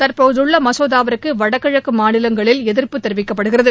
தற்போதுள்ள மசோதாவுக்கு வடகிழக்கு மாநிலங்களில் எதிர்ப்பு தெரிவிக்கப்படுகிறது